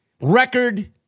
record